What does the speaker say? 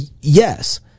yes